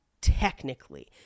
technically